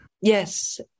Yes